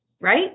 right